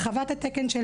הרחבת התקן של